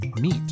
meat